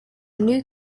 new